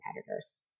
competitors